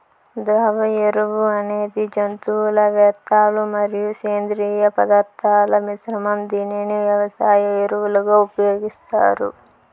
ద్రవ ఎరువు అనేది జంతువుల వ్యర్థాలు మరియు సేంద్రీయ పదార్థాల మిశ్రమం, దీనిని వ్యవసాయ ఎరువులుగా ఉపయోగిస్తారు